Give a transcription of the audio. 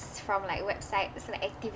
from like websites like activity